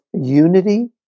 unity